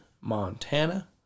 Montana